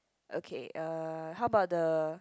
okay uh how about the